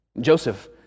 Joseph